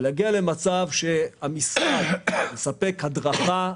צריך להגיע למצב שהמשרד מספק הדרכה,